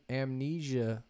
amnesia